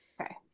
Okay